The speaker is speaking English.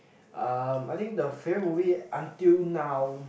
um I think the favourite movie until now